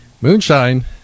Moonshine